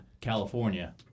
California